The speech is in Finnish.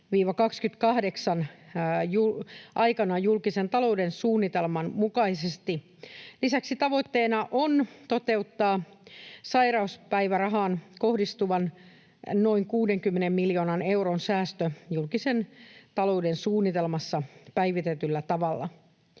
25—28 aikana julkisen talouden suunnitelman mukaisesti. Lisäksi tavoitteena on toteuttaa sairauspäivärahaan kohdistuvan noin 60 miljoonan euron säästö julkisen talouden suunnitelmassa päivitetyllä tavalla.